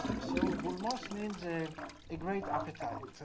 so belmoss means a a great appetite